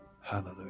Hallelujah